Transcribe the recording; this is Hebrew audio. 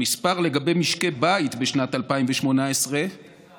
המספר של משקי בית בשנת 2018, אדוני השר,